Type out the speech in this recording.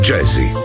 Jazzy